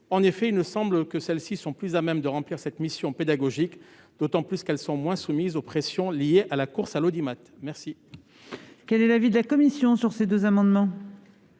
en effet que celles-ci sont plus à même de remplir cette mission pédagogique, d'autant qu'elles sont moins soumises aux pressions liées à la course à l'audimat. Quel est l'avis de la commission ? L'amendement